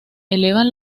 elevan